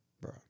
bro